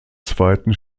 zweiten